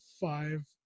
five